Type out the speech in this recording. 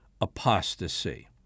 apostasy